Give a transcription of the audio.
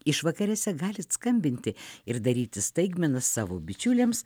išvakarėse galit skambinti ir daryti staigmenas savo bičiuliams